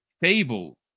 Fable